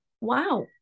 wow